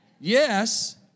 Yes